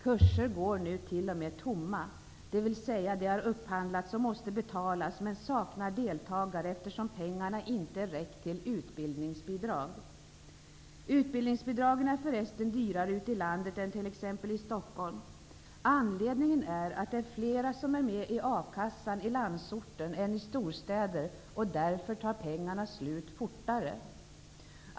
Kurser går nu till och med tomma, dvs. de har upphandlats och måste betalas, men de saknar deltagare eftersom pengarna inte räckt till utbildningsbidrag. Utbildningsbidragen är förresten dyrare ute i landet än t.ex. i Stockholm. Anledningen är att det är flera som är med i akassan i landsorten än i storstäder och därför tar pengarna slut fortare.